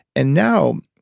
and now,